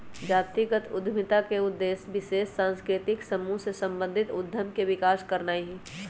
जातिगत उद्यमिता का उद्देश्य विशेष सांस्कृतिक समूह से संबंधित उद्यम के विकास करनाई हई